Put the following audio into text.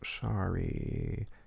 Sorry